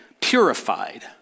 purified